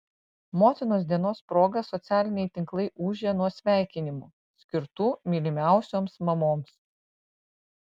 motinos dienos proga socialiniai tinklai ūžė nuo sveikinimų skirtų mylimiausioms mamoms